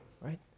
right